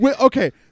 Okay